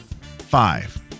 Five